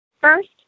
First